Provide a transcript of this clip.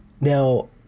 Now